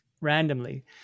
randomly